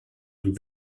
and